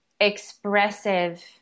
expressive